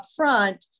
upfront